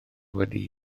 wedi